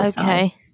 Okay